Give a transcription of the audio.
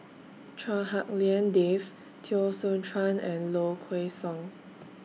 Chua Hak Lien Dave Teo Soon Chuan and Low Kway Song